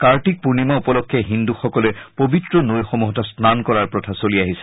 কাৰ্তিক পূৰ্ণিমা উপলক্ষে হিন্দুসকলে পবিত্ৰ নৈসমূহত স্নান কৰাৰ প্ৰথা চলি আহিছে